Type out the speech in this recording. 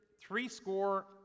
threescore